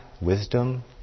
wisdom